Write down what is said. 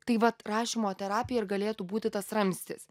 tai vat rašymo terapija ir galėtų būti tas ramstis